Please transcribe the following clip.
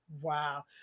Wow